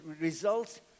results